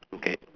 okay